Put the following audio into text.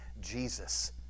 Jesus